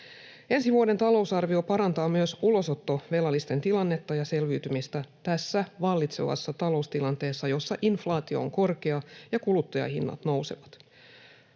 Ensi vuoden talousarvio parantaa myös ulosottovelallisten tilannetta ja selviytymistä tässä vallitsevassa taloustilanteessa, jossa inflaatio on korkea ja kuluttajahinnat nousevat.